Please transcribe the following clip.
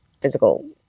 physical